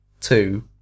Two